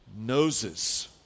noses